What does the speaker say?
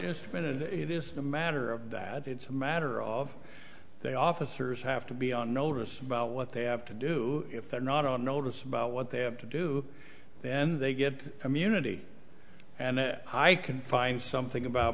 is meant and it is a matter of that it's a matter of they officers have to be on notice about what they have to do if they're not on notice about what they have to do then they get immunity and i can find something about